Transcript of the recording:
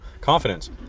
confidence